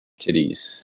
titties